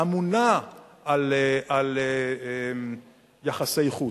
אמונה על יחסי חוץ.